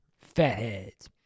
Fatheads